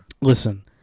Listen